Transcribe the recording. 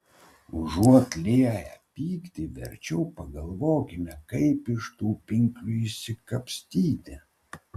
užuot lieję pyktį verčiau pagalvokime kaip iš tų pinklių išsikapstyti